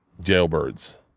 Jailbirds